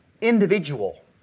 individual